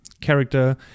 character